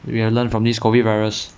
we will learn from this COVID virus